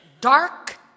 dark